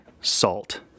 salt